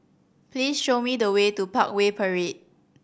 please show me the way to Parkway Parade